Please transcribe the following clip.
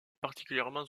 particulièrement